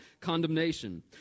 condemnation